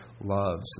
loves